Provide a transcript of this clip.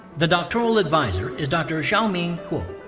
the doctoral advisor is dr. xiaoming huo.